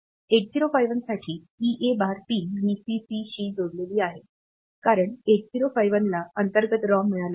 8051 साठी EA bar pin Vccशी जोडलेले आहे कारण 8051 ला अंतर्गत रॉम मिळाला आहे